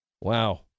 Wow